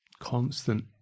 Constant